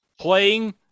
playing